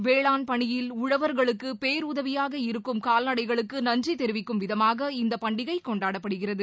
வேளாண் பணியில் உழவர்களுக்கு பேருதவியாக இருக்கும் கால்நடைகளுக்கு நன்றி தெரிவிக்கும் விதமாக இந்த பண்டிகை கொண்டாடப்படுகிறது